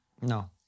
No